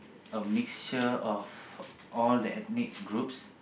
a mixture of all the ethnic groups